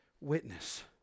witness